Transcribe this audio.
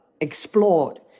explored